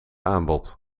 aanbod